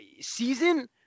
season